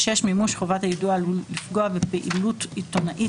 מימוש חובת היידוע עלול לפגוע בפעילות עיתונאית